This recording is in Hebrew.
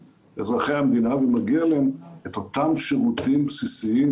אזרחי המדינה ומגיע לכולם את אותם שירותים בסיסיים